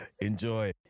Enjoy